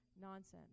nonsense